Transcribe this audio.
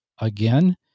again